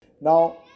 Now